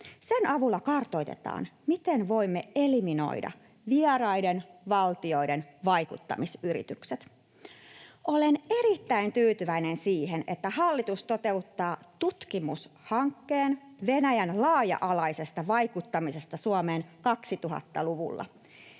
Sen avulla kartoitetaan, miten voimme eliminoida vieraiden valtioiden vaikuttamisyritykset. Olen erittäin tyytyväinen siihen, että hallitus toteuttaa tutkimushankkeen Venäjän laaja-alaisesta vaikuttamisesta Suomeen 2000-luvulla.